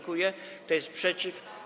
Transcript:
Kto jest przeciw?